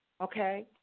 Okay